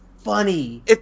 funny